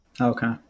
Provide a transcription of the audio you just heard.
Okay